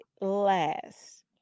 last